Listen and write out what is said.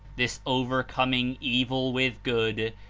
this overcoming evil with good,